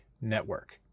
network